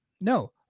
No